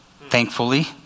thankfully